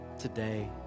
Today